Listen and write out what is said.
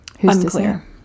Unclear